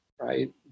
right